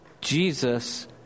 Jesus